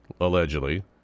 allegedly